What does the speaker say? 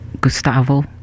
Gustavo